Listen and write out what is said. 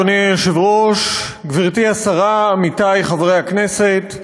אדוני היושב-ראש, גברתי השרה, עמיתי חברי הכנסת,